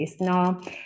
No